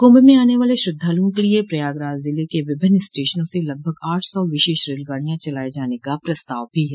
कुंभ में आने वाले श्रद्धालुओं के लिए प्रयागराज जिले के विभिन्न स्टेशनों से लगभग आठ सौ विशेष रेलगाड़ियां चलाये जाने का प्रस्ताव भी है